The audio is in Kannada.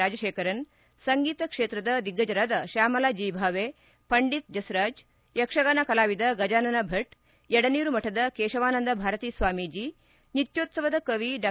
ರಾಜಶೇಖರನ್ ಸಂಗೀತ ಕ್ಷೇತ್ರದ ದಿಗ್ಗಜ್ಜರಾದ ಶ್ವಾಮಲ ಜಿ ಭಾವೆ ಪಂಡಿತ್ ಜಸ್ರಾಜ್ ಯಕ್ಷಗಾನ ಕಲಾವಿದ ಗಜಾನನ ಭಚ್ ಯಡನೀರು ಮಠದ ಕೇಶವಾನಂದ ಭಾರತೀ ಸ್ವಾಮೀಜಿ ನಿತ್ಯೋತ್ಸವದ ಕವಿ ಡಾ